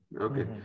Okay